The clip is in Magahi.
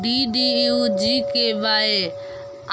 डी.डी.यू.जी.के.वाए